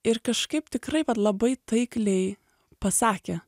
ir kažkaip tikrai labai taikliai pasakė